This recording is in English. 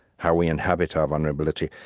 how we inhabit our vulnerability,